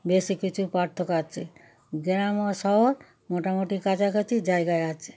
বেশি কিছু পার্থক্য আছে গ্রাম ও শহর মোটামুটি কাছাকাছি জায়গায় আছে